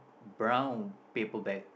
brown paper bag